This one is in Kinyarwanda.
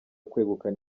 kwegukana